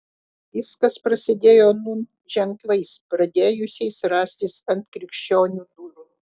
viskas prasidėjo nūn ženklais pradėjusiais rastis ant krikščionių durų